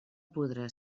podrà